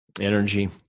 Energy